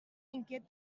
inquiet